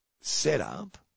setup